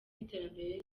n’iterambere